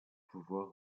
pouvoir